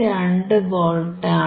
12 വോൾട്ടാണ്